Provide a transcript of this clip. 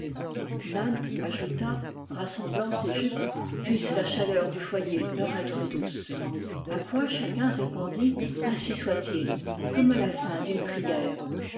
nann ajouta rassemblant ses jupes puisse la chaleur du foyer leur être douce a quoi chacun répondit ainsi soit-il comme à la fin d'une prière